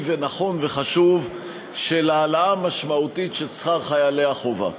ונכון וחשוב של העלאה משמעותית של שכר חיילי החובה.